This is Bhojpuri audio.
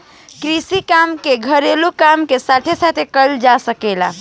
कृषि काम के घरेलू काम के साथे साथे कईल जा सकेला